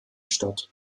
statt